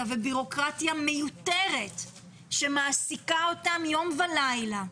ובירוקרטיה מיותרת שמעסיקה אותם יום ולילה,